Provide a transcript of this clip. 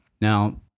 Now